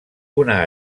una